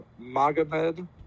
Magomed